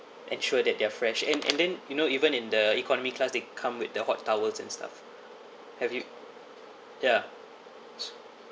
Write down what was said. ensure that they're fresh and and then you know even in the economy class they come with the hot towels and stuff have you ya